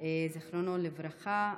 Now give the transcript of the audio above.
זיכרונו לברכה,